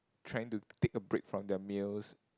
trying to take a break from their meals